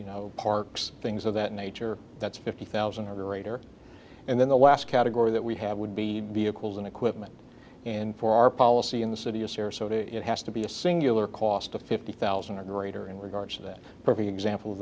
you know parks things of that nature that's fifty thousand of the raider and then the last category that we have would be vehicles and equipment and for our policy in the city of sarasota it has to be a singular cost of fifty thousand or greater in regards to that perfect example